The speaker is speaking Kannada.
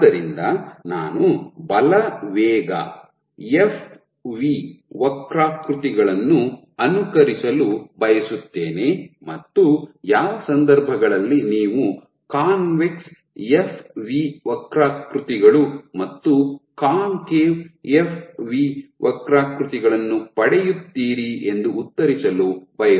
ಆದ್ದರಿಂದ ನಾನು ಬಲ ವೇಗ ಎಫ್ ವಿ ವಕ್ರಾಕೃತಿಗಳನ್ನು ಅನುಕರಿಸಲು ಬಯಸುತ್ತೇನೆ ಮತ್ತು ಯಾವ ಸಂದರ್ಭಗಳಲ್ಲಿ ನೀವು ಕಾನ್ವೆಕ್ಸ್ ಎಫ್ ವಿ ವಕ್ರಾಕೃತಿಗಳು ಮತ್ತು ಕಾನ್ಕೇವ್ ಎಫ್ ವಿ ವಕ್ರಾಕೃತಿಗಳನ್ನು ಪಡೆಯುತ್ತೀರಿ ಎಂದು ಉತ್ತರಿಸಲು ಬಯಸುತ್ತೇನೆ